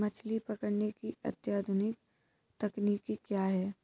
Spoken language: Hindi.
मछली पकड़ने की अत्याधुनिक तकनीकी क्या है?